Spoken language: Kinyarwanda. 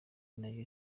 nayo